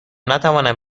نتوانم